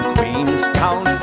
Queenstown